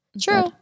True